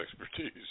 expertise